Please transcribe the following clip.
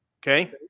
Okay